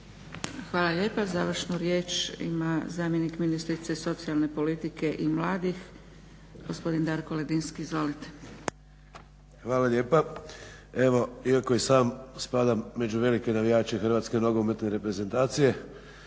Hvala lijepa. Završnu riječ ima zamjenik ministrice socijalne politike i mladih gospodin Darko Ledinski. Izvolite. **Ledinski, Darko (SDP)** Hvala lijepa. Evo, iako i sam spadam među velike navijače Hrvatske nogometne reprezentacije